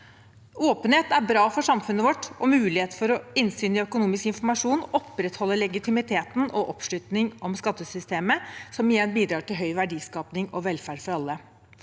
Åpenhet er bra for samfunnet vårt, og mulighet for innsyn i økonomisk informasjon opprettholder legitimiteten og oppslutningen om skattesystemet, som igjen bidrar til høy verdiskaping og velferd for alle.